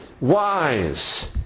Wise